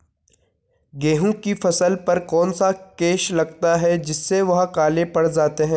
गेहूँ की फसल पर कौन सा केस लगता है जिससे वह काले पड़ जाते हैं?